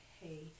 hey